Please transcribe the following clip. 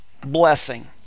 blessing